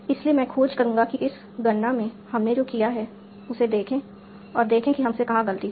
इसलिए मैं खोज करूंगा कि इस गणना में हमने जो किया है उसे देखें और देखें कि हमसे कहाँ गलती हुई